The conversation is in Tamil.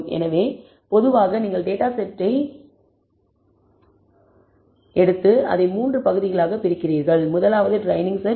எனவே பொதுவாக நீங்கள் டேட்டா செட்டை எடுத்து அதை மூன்று பகுதிகளாகப் பிரிக்கிறீர்கள் முதலாவது ட்ரெய்னிங் செட்